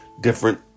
different